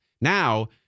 Now